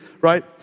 right